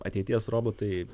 ateities robotai